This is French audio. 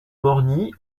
morgny